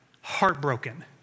heartbroken